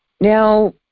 Now